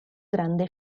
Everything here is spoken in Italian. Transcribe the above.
grande